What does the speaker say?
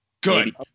Good